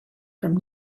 from